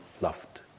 loved